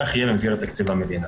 כך יהיה בתקציב המדינה.